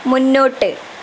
മുന്നോട്ട്